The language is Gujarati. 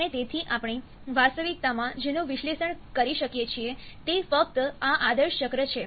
અને તેથી આપણે વાસ્તવિકતામાં જેનું વિશ્લેષણ કરી શકીએ છીએ તે ફક્ત આ આદર્શ ચક્ર છે